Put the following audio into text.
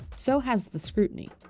so has the scrutiny.